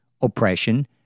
oppression